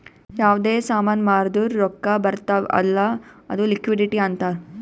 ಯಾವ್ದೇ ಸಾಮಾನ್ ಮಾರ್ದುರ್ ರೊಕ್ಕಾ ಬರ್ತಾವ್ ಅಲ್ಲ ಅದು ಲಿಕ್ವಿಡಿಟಿ ಅಂತಾರ್